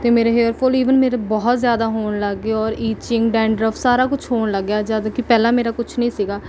ਅਤੇ ਮੇਰੇ hair fall even ਮੇਰੇ ਬਹੁਤ ਜ਼ਿਆਦਾ ਹੋਣ ਲੱਗ ਗਏ ਔਰ ਈਚਿੰਗ ਡੈਂਡਰਫ ਸਾਰਾ ਕੁਛ ਹੋਣ ਲੱਗ ਗਿਆ ਜਦ ਕਿ ਪਹਿਲਾਂ ਮੇਰਾ ਕੁਛ ਨਹੀਂ ਸੀਗਾ